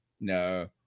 No